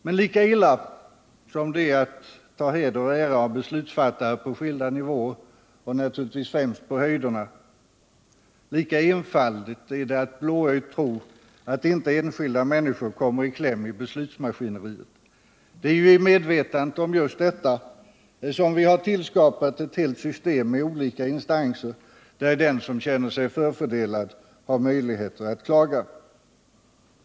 Men lika illa som det är att ta heder och ära av beslutsfattare på skilda nivåer, och naturligtvis främst på höjderna, lika enfaldigt är det att blåögt tro att inte enskilda människor kommer i kläm i beslutsmaskineriet. Det är ju i medvetandet om just detta som vi har tillskapat ett helt system med olika instanser där den som känner sig förfördelad har möjligheter att klaga.